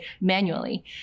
manually